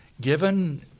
given